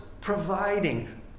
providing